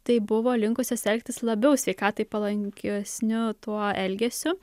tai buvo linkusios elgtis labiau sveikatai palankesniu tuo elgesiu